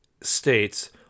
states